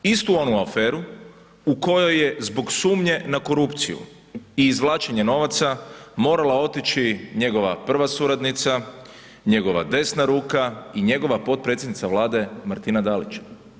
Istu onu aferu u kojoj je zbog sumnje na korupciju i izvlačenje novaca morala otići njegova prva suradnica, njegova desna ruka i njegova potpredsjednica Vlade Martina Dalić.